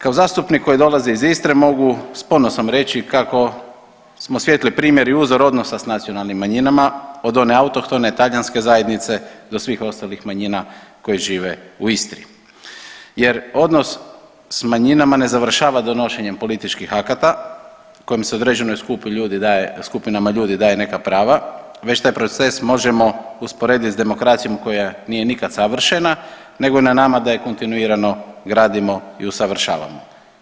Kao zastupnik koji dolazi iz Istre mogu s ponosom reći kako smo svijetli primjer i uzor odnosa s nacionalnim manjinama, od one autohtone, talijanske zajednice do svih ostalih manjina koje žive u Istri jer odnos s manjinama ne završava donošenjem političkih akata kojim se određenoj skupinama ljudi daje neka prava, već taj proces možemo usporediti s demokracijom koja nije nikad savršena nego je na nama da je kontinuirano gradimo i usavršavamo.